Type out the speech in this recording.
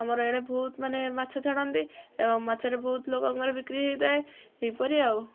ଆମର ଏଣେ ବହୁତ ମାନେ ମାଛ ଛାଡ଼ନ୍ତି ଏବଂ ମାଛରେ ବହୁତ ଲୋକଙ୍କର ବିକ୍ରି ହେଇଥାଏ ଏହିପରି ଆଉ